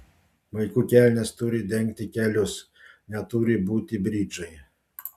vaikų kelnės turi dengti kelius neturi būti bridžai